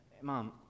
Mom